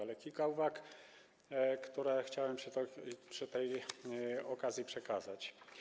Ale jest kilka uwag, które chciałbym przy tej okazji przekazać.